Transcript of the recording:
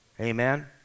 Amen